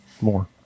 more